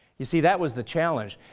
you see that was the challenge,